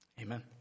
Amen